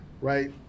right